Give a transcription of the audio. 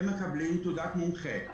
הם מקבלים תעודת מומחה.